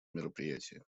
мероприятии